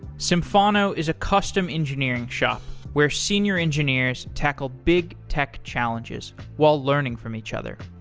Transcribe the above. symphono is a custom engineering shop where senior engineers tackle big tech challenges while learning from each other.